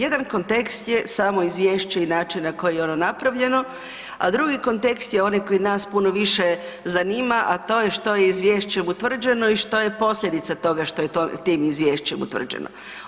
Jedan kontekst je samo izvješće i način na koji je ono napravljeno, a drugi kontekst je onaj koji nas puno više zanima, a to je što je izvješćem utvrđeno i što je posljedica toga što je tim izvješćem utvrđeno.